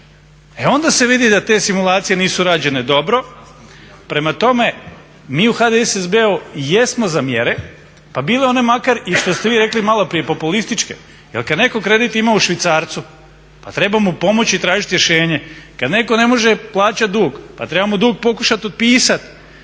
E onda se vidi da te simulacije nisu rađene dobro. Prema tome, mi u HDSSB-u jesmo za mjere pa bile one makar i što ste vi rekli malo prije populističke jel kada netko ima kredit u švicarcu pa treba mu pomoći i tražiti rješenje, kada neto ne može plaćati dug, pa treba mu dug pokušati otpisati.